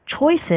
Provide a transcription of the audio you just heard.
choices